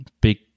big